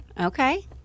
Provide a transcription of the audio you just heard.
Okay